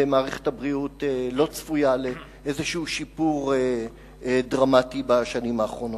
ומערכת הבריאות לא צפויה לאיזה שיפור דרמטי בשנים הבאות.